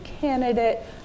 candidate